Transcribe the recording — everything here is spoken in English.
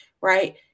right